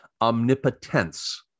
omnipotence